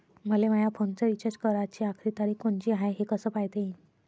मले माया फोनचा रिचार्ज कराची आखरी तारीख कोनची हाय, हे कस पायता येईन?